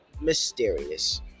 mysterious